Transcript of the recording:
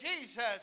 Jesus